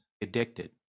addicted